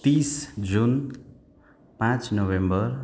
तिस जुन पाँच नोभेम्बर